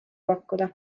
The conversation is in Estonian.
pakkuda